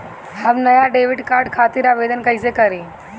हम नया debit card खातिर आवेदन कईसे करी?